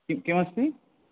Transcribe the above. किं किमस्ति